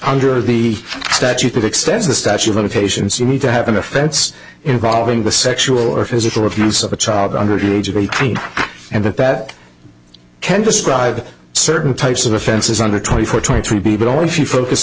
under the statute it extends the statue of limitations you need to have an offense involving the sexual or physical abuse of a child under the age of eighteen and that that can describe certain types of offenses under twenty four twenty three b but only if you focus